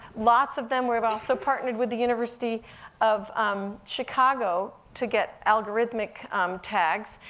lots of them, we've also partnered with the university of um chicago, to get algorithmic tags,